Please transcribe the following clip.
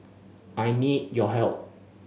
I need your help